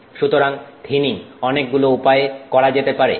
সুতরাং থিনিং অনেকগুলো উপায় করা যেতে পারে